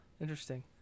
Interesting